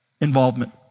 involvement